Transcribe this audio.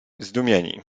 zdumieni